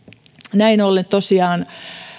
näin ollen tosiaan